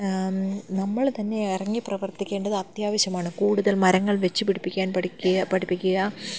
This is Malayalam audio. നമ്മൾ തന്നെ ഇറങ്ങി പ്രവർത്തിക്കേണ്ടത് അത്യാവശ്യമാണ് കൂടുതൽ മരങ്ങൾ വച്ചു പിടിപ്പിക്കാൻ പഠിക്കുക പഠിപ്പിക്കുക